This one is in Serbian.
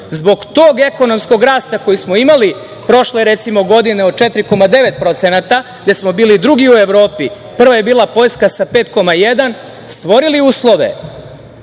zbog tog ekonomskog rasta koji smo imali prošle godine, recimo, od 4,9%, gde smo bili drugi u Evropi, prva je bila Poljska sa 5,1%, stvorili uslove